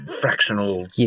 fractional